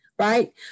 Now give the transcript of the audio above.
Right